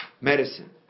medicine